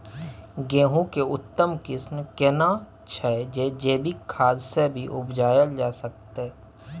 गेहूं के उत्तम किस्म केना छैय जे जैविक खाद से भी उपजायल जा सकते?